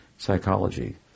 Psychology